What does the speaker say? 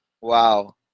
wow